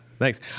Thanks